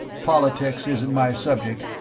politics isn't my subject,